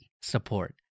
support